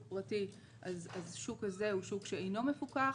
פרטי אז השוק הזה הוא שוק שאינו מפוקח,